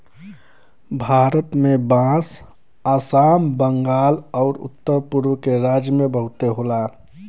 भारत में बांस आसाम, बंगाल आउर उत्तर पुरब के राज्य में बहुते होला